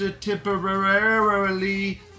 temporarily